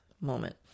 moment